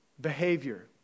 behavior